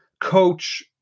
coach